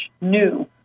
new